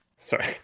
Sorry